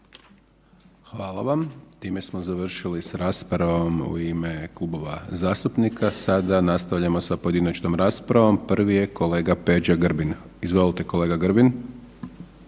Hvala. Time smo završili s raspravom u ime klubova zastupnika. Sada nastavljamo sa pojedinačnom raspravom, prvi je kolega Peđa Grbin. Izvolite kolega Grbin.